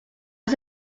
was